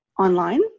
online